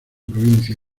provincia